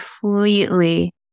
completely